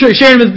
sharing